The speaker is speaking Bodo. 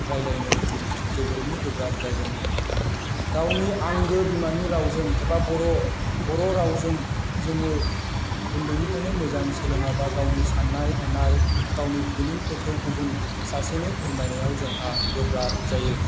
रायज्लायनो जोबोरैनो गोब्राब जागोन गावनि आंगो बिमानि रावजों एबा बर' बर' रावजों जोङो उन्दैनिफ्रायनो मोजां सोलोङाब्ला गावनि साननाय हनाय गावनि फिलिंफोरखौ गुबुन सासेनो फोरमायनायाव जोंहा गोब्राब जायो